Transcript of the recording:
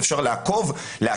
אפשר לעקוב ולראות.